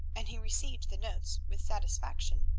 and he received the notes with satisfaction.